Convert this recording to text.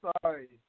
sorry